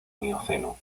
mioceno